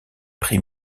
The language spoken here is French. prix